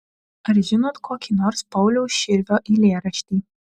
ar žinot kokį nors pauliaus širvio eilėraštį